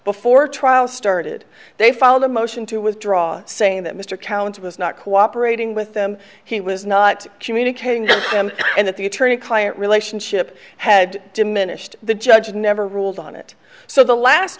before trial started they followed a motion to withdraw saying that mr cowan's was not cooperating with them he was not communicating and that the attorney client relationship had diminished the judge never ruled on it so the last